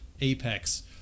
Apex